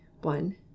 one